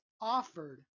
offered